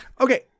Okay